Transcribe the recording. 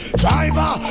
driver